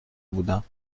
بودم